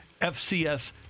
FCS